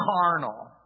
Carnal